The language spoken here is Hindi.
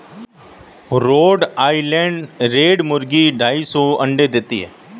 रोड आइलैंड रेड मुर्गी ढाई सौ अंडे देती है